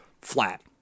flat